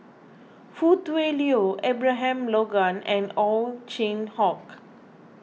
Foo Tui Liew Abraham Logan and Ow Chin Hock